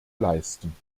leisten